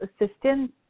assistant